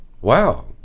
Wow